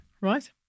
right